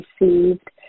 received